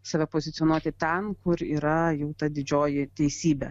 save pozicionuoti ten kur yra jų ta didžioji teisybė